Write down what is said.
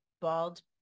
bald